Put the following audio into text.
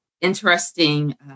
interesting